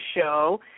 show